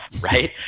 right